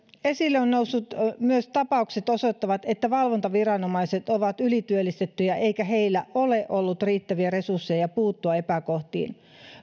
esille nousseet tapaukset osoittavat myös että valvontaviranomaiset ovat ylityöllistettyjä eikä heillä ole ollut riittäviä resursseja puuttua epäkohtiin